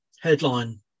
headline